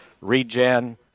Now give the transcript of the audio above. regen